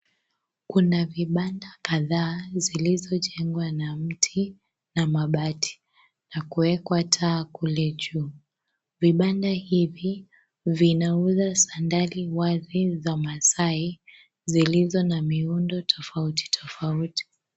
Kuna vibanda kadhaa zilizojengwa na mti na mabati na kuekwa taa kule juu, vibanda hivi vinauza sandali wazi za Maasai zilizo na maiundo tofauti tofauti.